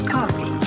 Coffee